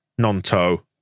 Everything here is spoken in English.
Nanto